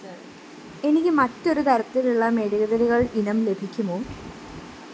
എനിക്ക് മറ്റൊരു തരത്തിലുള്ള മെഴുകുതിരികൾ ഇനം ലഭിക്കുമോ